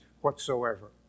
whatsoever